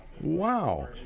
Wow